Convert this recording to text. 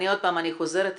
אני עוד פעם חוזרת ואומרת,